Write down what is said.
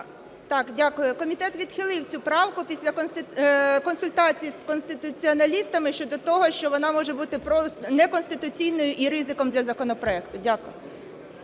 Так, дякую. Комітет відхилив цю правку після консультацій з конституціоналістами щодо того, що вона може бути неконституційною і ризиком для законопроекту. Дякую.